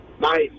Nice